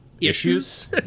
issues